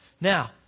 Now